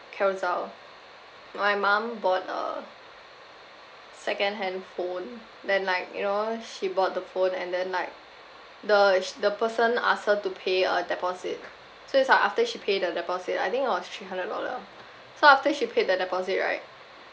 carousell my mum bought a second hand phone then like you know she bought the phone and then like the sh~ the person ask her to pay a deposit so it's like after she pay the deposit I think it was three hundred dollar so after she paid the deposit right